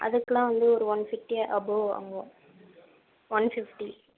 அதுக்குல்லாம் வந்து ஒரு one fifty above வாங்குவோம் ஒன் பிஃப்டி